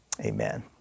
Amen